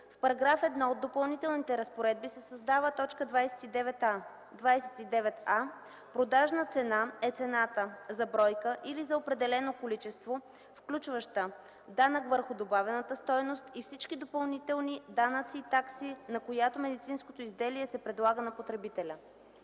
В § 1 от Допълнителните разпоредби се създава т. 29а: „29а. „Продажна цена” е цената за бройка или за определено количество, включваща данък върху добавената стойност и всички допълнителни данъци и такси, на която медицинското изделие се предлага на потребителя.”